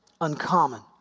uncommon